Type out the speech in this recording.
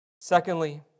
Secondly